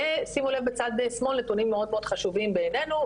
בצד שמאל יש נתונים מאוד חשובים בעיננו,